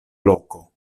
loko